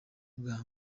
bwa